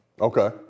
Okay